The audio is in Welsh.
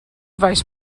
faes